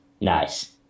Nice